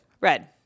Red